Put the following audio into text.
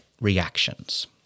reactions